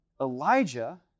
Elijah